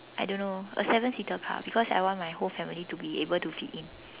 I don't know a seven seater car because I want my whole family to be able to fit in